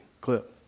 clip